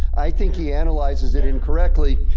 i think he analyzes it incorrectly.